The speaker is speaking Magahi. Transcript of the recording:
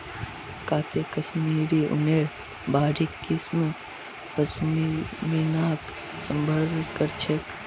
काते कश्मीरी ऊनेर बारीक किस्म पश्मीनाक संदर्भित कर छेक